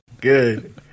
good